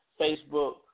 Facebook